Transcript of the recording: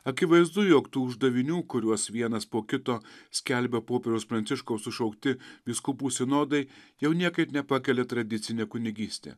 akivaizdu jog tų uždavinių kuriuos vienas po kito skelbia popiežiaus pranciškaus sušaukti vyskupų sinodai jau niekaip nepakeli tradicinė kunigystė